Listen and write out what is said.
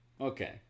Okay